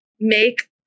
make